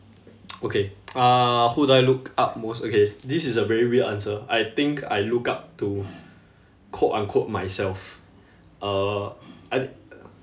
okay uh who do I look up most okay this is a very weird answer I think I look up to quote unquote myself uh I